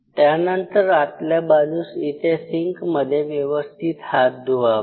त्यानंतर आतल्या बाजूस इथे सिंकमध्ये व्यवस्थित हात धुवावेत